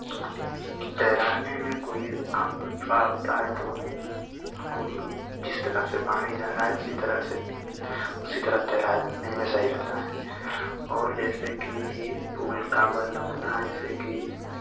तैराने में कोई आपको थोड़ा होता है तो ही को जिस तरफ़ से पानी जा रहा है उसी तरह से उसी तरफ तैरा जाने में सही रहता है और जैसे की पुल का बंद होना जैसे कि